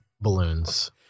balloons